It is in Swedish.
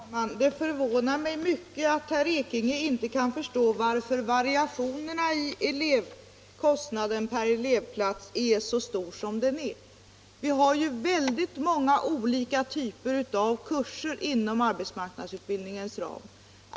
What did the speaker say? Herr talman! Det förvånar mig mycket att herr Ekinge inte kan förstå varför variationerna i kostnaden per elevplats är så stora. Vi har ju många olika typer av kurser inom arbetsmarknadsutbildningens ram.